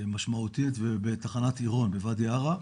משמעותית, ובתחנת עירון בוואדי ערה,